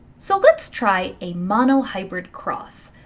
so let's try a monohybrid cross.